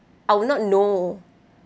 I will not know